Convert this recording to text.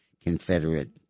Confederate